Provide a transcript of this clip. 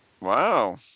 Wow